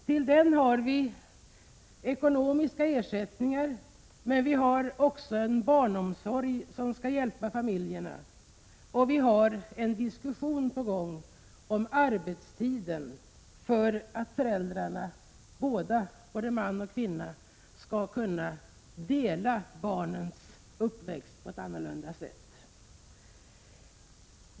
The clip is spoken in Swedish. Till den har vi ekonomisk ersättning, men vi har också en barnomsorg som skall hjälpa familjerna, och vi har en diskussion på gång om arbetstiden för att föräldrarna, både man och kvinna, skall kunna dela barnens uppväxt på ett annorlunda sätt.